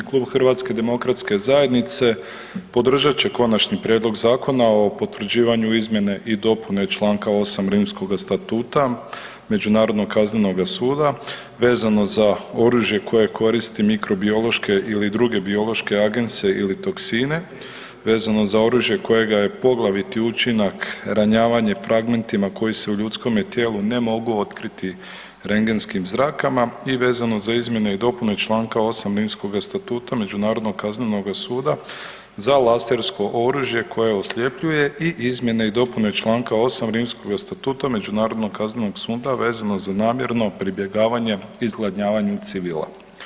Klub zastupnika Hrvatske demokratske zajednice podržat će Konačni prijedlog zakona o potvrđivanju izmjene i dopune članka 8. Rimskog statuta Međunarodnog kaznenog suda vezano za oružje koje koristi mikrobiološke ili druge biološke agense ili toksine vezano za oružje kojega je poglaviti učinak ranjavanje fragmentima koji se u ljudskome tijelu ne mogu otkriti rengenskim zrakama i vezano za izmjene i dopune članka 8. Rimskoga statuta Međunarodnog kaznenoga suda za lasersko oružje koje osljepljuje i izmjene i dopune članka 8. Rimskoga statuta Međunarodnog kaznenog suda vezano za namjerno pribjegavanje izgladnjavanju civila.